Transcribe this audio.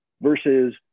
versus